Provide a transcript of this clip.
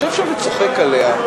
אדוני יושב-ראש הקואליציה?